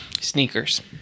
Sneakers